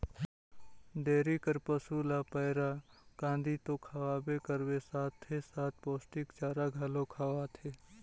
dairy कर पसू ल पैरा, कांदी तो खवाबे करबे साथे साथ पोस्टिक चारा घलो खवाथे